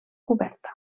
coberta